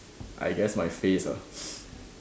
I guess my face ah